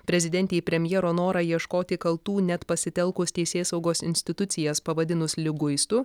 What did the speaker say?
prezidentei premjero norą ieškoti kaltų net pasitelkus teisėsaugos institucijas pavadinus liguistu